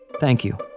thank you